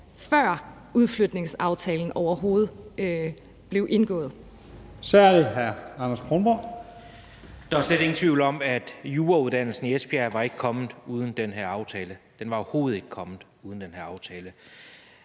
er det hr. Anders Kronborg. Kl. 18:46 Anders Kronborg (S): Der er slet ingen tvivl om, at jurauddannelsen i Esbjerg ikke var kommet uden den her aftale. Den var overhovedet ikke kommet uden den her aftale.